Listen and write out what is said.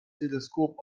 teleskop